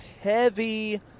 heavy